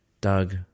Doug